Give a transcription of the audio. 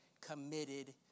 committed